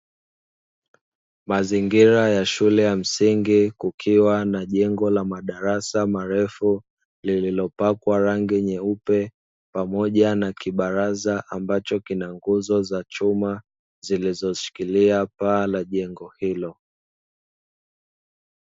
Mazingira ya shule ya msingi kukiwa na jengo la madarasa marefu lililopakwa rangi nyeupe, pamoja na kibaraza ambacho kina nguzo za chuma, zilizoshikilia paa za jengo hilo.